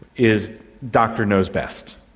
is doctor knows best.